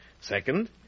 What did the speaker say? Second